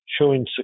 showing